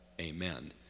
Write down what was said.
Amen